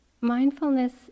Mindfulness